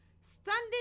standing